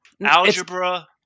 algebra